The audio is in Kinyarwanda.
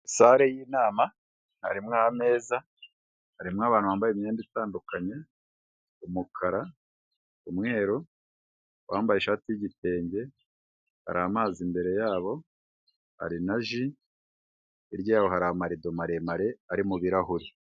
Sale y'inama, harimo ameza arimo abantu bambaye imyenda itandukanye umukara, umweru, uwambaye ishati y'igitenge hari amazi imbere yabo, hari na ji, hirya yabo hari amarido maremare ari mubirahuri.